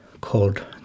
called